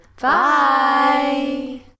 Bye